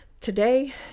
Today